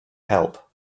help